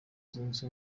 zunze